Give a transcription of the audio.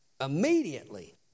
immediately